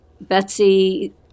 Betsy